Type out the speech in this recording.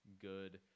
good